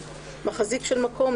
"מחזיק" של מקום,